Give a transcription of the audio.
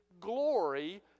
glory